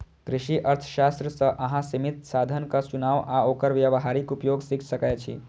कृषि अर्थशास्त्र सं अहां सीमित साधनक चुनाव आ ओकर व्यावहारिक उपयोग सीख सकै छी